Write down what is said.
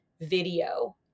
video